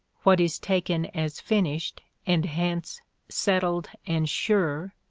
what is taken as finished and hence settled and sure,